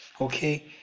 Okay